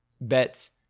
bets